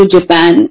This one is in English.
Japan